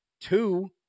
Two